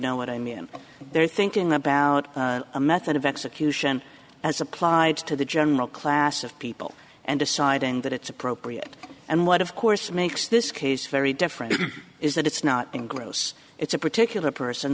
know what i mean they're thinking about a method of execution as applied to the general class of people and deciding that it's appropriate and what of course makes this case very different is that it's not engross it's a particular person